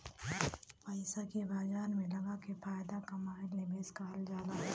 पइसा के बाजार में लगाके फायदा कमाएल निवेश कहल जाला